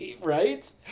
Right